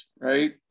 right